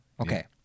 Okay